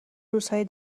روزهای